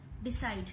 decide